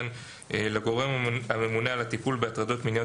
לגורם הממונה על הטיפול בהטרדות מיניות